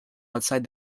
outside